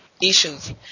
issues